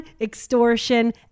extortion